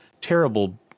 terrible